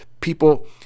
people